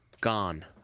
Gone